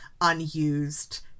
unused